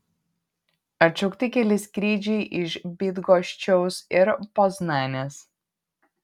atšaukti keli skrydžiai iš bydgoščiaus ir poznanės